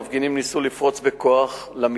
המפגינים ניסו לפרוץ בכוח למתחם,